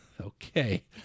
okay